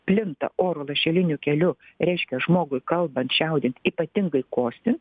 plinta oru lašeliniu keliu reiškia žmogui kalbant čiaudint ypatingai kosti